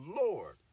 Lord